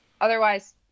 otherwise